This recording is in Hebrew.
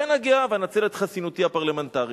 כן אגיע ואנצל את חסינותי הפרלמנטרית.